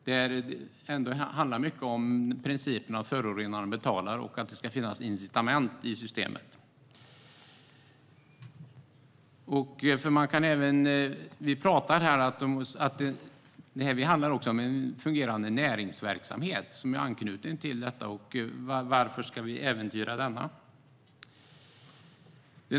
Det handlar mycket om principen att förorenaren betalar och att det ska finnas incitament i systemet. Det handlar också om en fungerande näringsverksamhet som är anknuten till detta. Varför ska vi äventyra den?